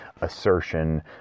assertion